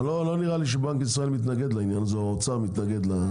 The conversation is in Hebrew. לא נראה לי שבנק ישראל מתנגד לעניין הזה או שהאוצר מתנגד.